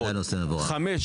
חמש,